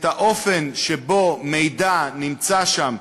את האופן שבו מידע נמצא שם,